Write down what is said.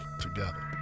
together